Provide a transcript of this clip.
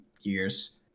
years